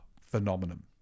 phenomenon